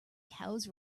cows